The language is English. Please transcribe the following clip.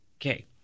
Okay